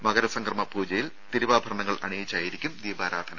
മകര സംക്രമ പൂജയിൽ തിരുവാഭരണങ്ങൾ അണിയിച്ചായിരിക്കും ദീപാരാധന